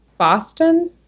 Boston